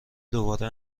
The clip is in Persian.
دوباره